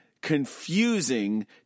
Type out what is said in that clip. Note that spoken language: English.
confusing